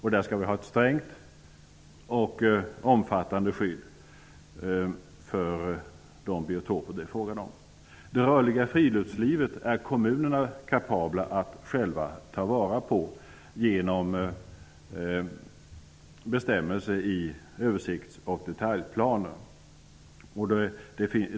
Vi skall där ha ett strängt och omfattande skydd för de biotoper det är fråga om. Kommunerna är själva kapabla att ta vara på möjligheterna till ett rörligt friluftsliv genom bestämmelser i översikts och detaljplaner.